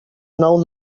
nou